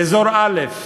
באזור א',